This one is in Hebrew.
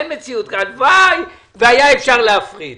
הלוואי והיה אפשר להפריד.